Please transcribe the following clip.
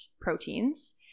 proteins